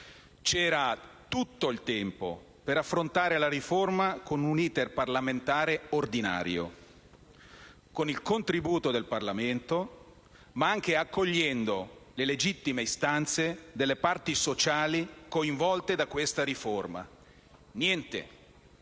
C'era tutto il tempo per affrontare la riforma con un *iter* parlamentare ordinario, con il contributo del Parlamento, ma anche accogliendo le legittime istanze delle parti sociali coinvolte da questa riforma. Niente.